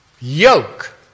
Yoke